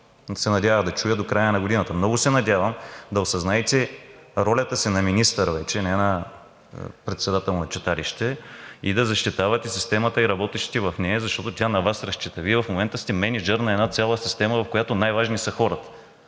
се надяваме, че ще е до края на годината. Много се надявам да осъзнаете ролята си на министър вече, не на председател на читалище, и да защитавате системата и работещите в нея, защото тя на Вас разчита. Вие в момента сте мениджър на една цяла система, в която най-важни са хората.